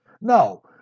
No